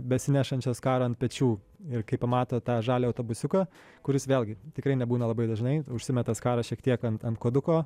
besinešančias skarą ant pečių ir kai pamato tą žalią autobusiuką kuris vėlgi tikrai nebūna labai dažnai užsimeta skarą šiek tiek ant ant kuoduko